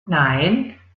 nein